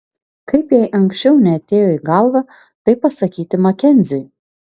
kaip jai anksčiau neatėjo į galvą tai pasakyti makenziui